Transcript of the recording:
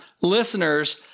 listeners